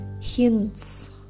hints